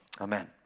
amen